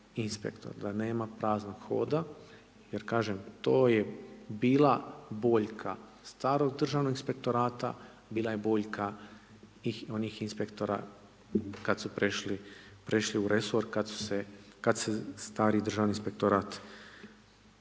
da nema praznog hoda jer kažem, to je bila boljka starog Državnog inspektorata, bila je boljka onih inspektora kada su prešli u resor, kad se stari Državni inspektorat ugasio.